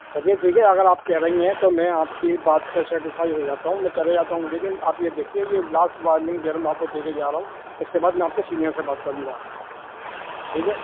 چلیے ٹھیک ہے اگر آپ کہہ رہی ہیں تو میں آپ کی بات سے سیٹیفائی ہو جاتا ہوں میں چلے جاتا ہوں لیکن آپ یہ دیکھیے یہ لاسٹ وارننگ دے رہا ہوں میں آپ کو دینے جا رہا ہوں اس کے بعد میں آپ کے سینئر سے بات کروں گا ٹھیک ہے